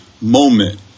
moment